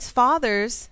fathers